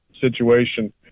situation